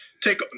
Take